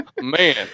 Man